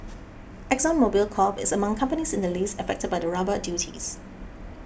Exxon Mobil Corp is among companies in the list affected by the rubber duties